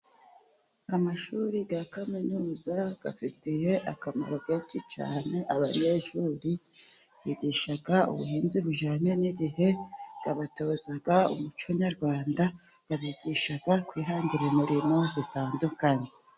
Amashuri ya kaminuza afitiye akamaro kenshi cyane abanyeshuri. Bigisha ubuhinzi bujyanye n'igihe bakabatoza umuco nyarwanda, yabigisha kwihangira imurimo itandukanye.